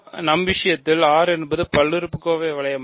நம் விஷயத்தில் R என்பது பல்லுறுப்புக்கோவை வளையமாகும்